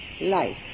life